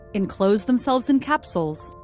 enclose themselves in capsules,